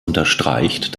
unterstreicht